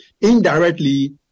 Indirectly